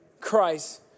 Christ